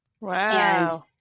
Wow